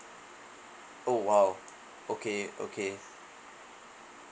oh !wow! okay okay